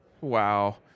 Wow